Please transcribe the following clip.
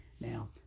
Now